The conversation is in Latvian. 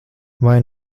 vai